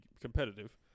competitive